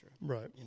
Right